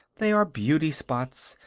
they are beauty-spots,